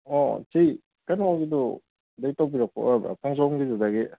ꯑꯣ ꯁꯤ ꯀꯩꯅꯣꯒꯤꯗꯨ ꯑꯗꯩ ꯇꯧꯕꯤꯔꯛꯄ ꯑꯣꯏꯔꯕ ꯈꯣꯡꯖꯣꯝꯒꯤꯗꯨꯗꯒꯤ